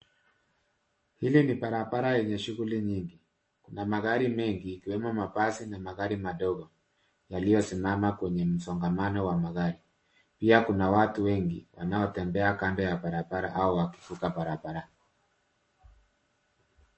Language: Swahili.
Hili ni barabara yenye shughuli nyingi. Kuna magari mengi ikiwemo mabasi na magari madogo, yaliyosimama kwenye msongamao wa magari. Pia kuna watu wengi wanaotembea kando ya barabara au wakivuka barabara.